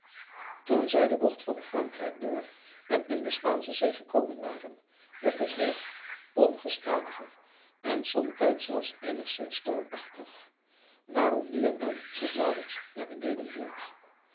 toen zij de bogt van frankrijk door en in de spaansche zee gekomen waren werd het weêr ongestadiger en somtijds zelfs eenigzins stormachtig waarom nu en dan zich maurits meer beneden hield